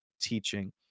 teaching